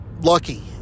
lucky